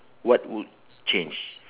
what would change